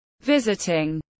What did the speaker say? visiting